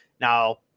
now